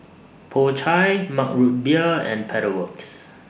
Po Chai Mug Root Beer and Pedal Works